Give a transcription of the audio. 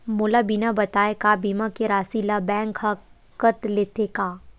मोला बिना बताय का बीमा के राशि ला बैंक हा कत लेते का?